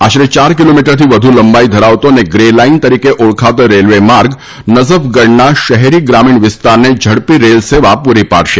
આશરે ચાર કિલોમીટરથી વધુ લંબાઈ ધરાવતો અને ગ્રે લાઈન તરીકે ઓળખાતો રેલવે માર્ગ નજફગઢના શહેરી ગ્રામિણ વિસ્તારને ઝડપી રેલ સેવા પુરી પાડશે